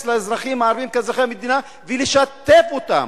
לאזרחים הערבים כאזרחי המדינה ולשתף אותם,